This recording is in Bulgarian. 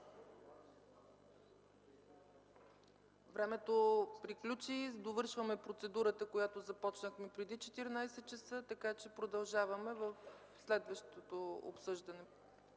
Времето приключи, приключваме процедурата, която започнахме преди 14,00 ч., така че продължаваме в следващото обсъждане.